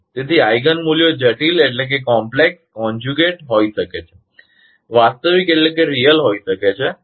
તેથી આઇગિન મૂલ્યો જટિલ કોમલેક્ષ સંયુક્ત કોંજ્યુગેટ હોઈ શકે છે વાસ્તવિકરીઅલ હોઈ શકે છે